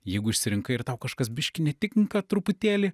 jeigu išsirinkai ir tau kažkas biškį netinka truputėlį